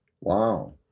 Wow